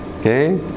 Okay